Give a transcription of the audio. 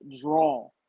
draw